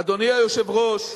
אדוני היושב-ראש,